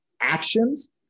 actions